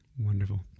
Wonderful